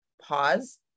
pause